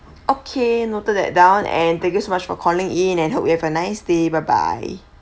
okay noted that down and thank you so much for calling in and hope you have a nice day bye bye